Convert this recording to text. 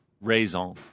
raison